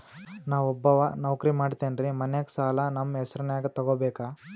ನಾ ಒಬ್ಬವ ನೌಕ್ರಿ ಮಾಡತೆನ್ರಿ ಮನ್ಯಗ ಸಾಲಾ ನಮ್ ಹೆಸ್ರನ್ಯಾಗ ತೊಗೊಬೇಕ?